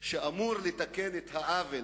שאמור לתקן את העוול